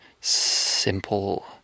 simple